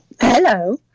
Hello